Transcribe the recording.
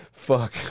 Fuck